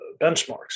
benchmarks